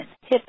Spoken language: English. hip